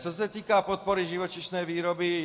Co se týká podpory živočišné výroby.